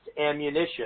ammunition